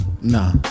Nah